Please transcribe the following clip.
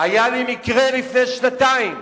היה לי מקרה לפני שנתיים,